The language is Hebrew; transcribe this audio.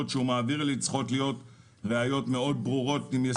שהוא מעביר לי צריכות להיות ראיות מאוד ברורות עם יסודות לביצוע עבירה.